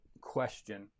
question